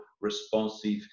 responsive